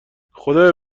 خدایا